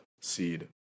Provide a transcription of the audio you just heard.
seed